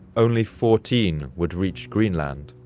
only fourteen would reach greenland.